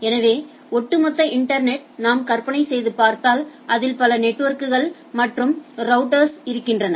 எனவே ஒட்டுமொத்த இன்டர்நெட்டை நாம் கற்பனை செய்து பார்த்தாள் அதில் பல நெட்வொர்க்குகள் மற்றும் ரௌட்டர்ஸ் இருக்கின்றன